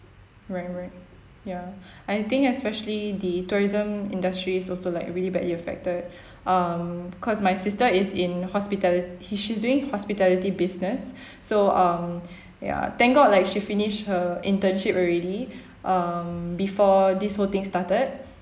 right right ya I think especially the tourism industry is also like really badly affected um cause my sister is in hospitali~ he she's doing hospitality business so um ya thank god like she finished her internship already um before this whole thing started